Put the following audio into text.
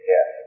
Yes